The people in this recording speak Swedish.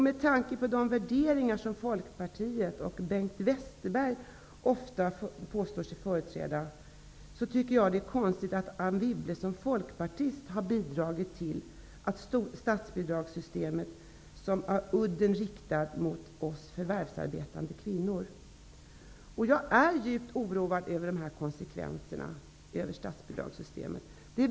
Med tanke på de värderingar som Folkpartiet och Bengt Westerberg ofta påstår sig företräda, tycker jag att det är konstigt att Anne Wibble som folkpartist har bidragit till ett statsbidragssystem som har udden riktad mot oss förvärsarbetande kvinnor. Jag är djupt oroad över konsekvenserna av statsbidragssystemet.